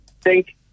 Thank